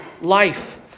life